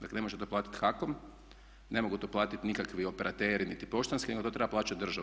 Dakle ne može to platiti HAKOM, ne mogu to platiti nikakvi operateri niti poštanski nego to treba plaćati država.